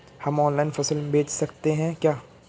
हम ऑनलाइन फसल बेच सकते हैं क्या?